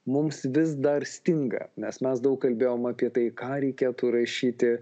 mums vis dar stinga nes mes daug kalbėjom apie tai ką reikėtų rašyti